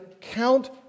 count